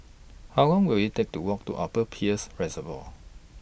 How Long Will IT Take to Walk to Upper Peirce Reservoir